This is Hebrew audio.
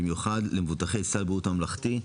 במיוחד למבוטחי סל הבריאות הממלכתי,